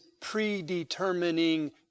predetermining